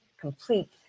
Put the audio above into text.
complete